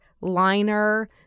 Liner